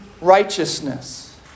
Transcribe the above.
righteousness